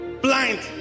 Blind